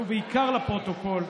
ובעיקר לפרוטוקול,